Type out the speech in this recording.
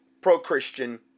pro-Christian